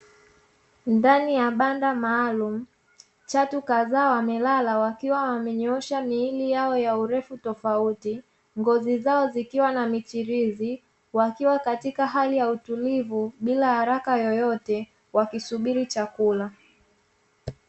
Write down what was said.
Ndani ya mabanda maalumu chatu kadhaa wamelala wakiwa wamenyosha miili yao ya urefu tofauti, ngozi zao zikiwa na michirizi, wakiwa katika hali ya utulivu bila haraka yoyote wakisubiri chakula.